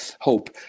hope